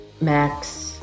Max